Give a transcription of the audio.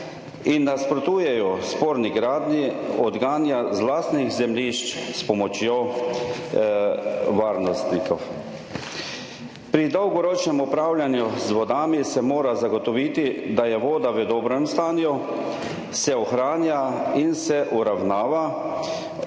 in nasprotujejo sporni gradnji, odganja z lastnih zemljišč s pomočjo varnostnikov. Pri dolgoročnem upravljanju z vodami se mora zagotoviti, da je voda v dobrem stanju, se ohranja in se uravnava